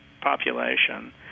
population